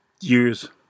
years